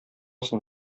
соң